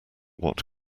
what